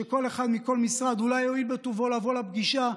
שכל אחד מכל משרד אולי יואיל בטובו לבוא לפגישה,